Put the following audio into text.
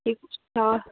दिएको छ